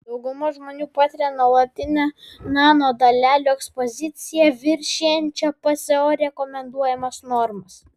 dauguma žmonių patiria nuolatinę nanodalelių ekspoziciją viršijančią pso rekomenduojamas normas